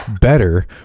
better